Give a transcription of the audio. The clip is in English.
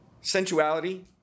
Sensuality